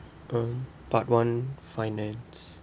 um part one finance